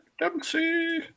Dempsey